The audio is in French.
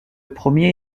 premier